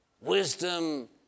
Wisdom